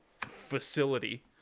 facility